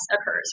occurs